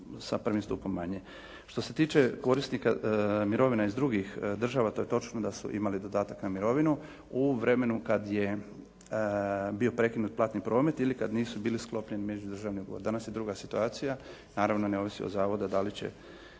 sa prvim stupom manje. Što se tiče korisnika mirovina iz drugih država to je točno da su imali dodatak na mirovinu u vremenu kad je bio prekinut platni promet ili kad nisu bili sklopljeni međudržavni ugovor. Danas je druga situacija. Naravno ne ovisi od zavoda da li će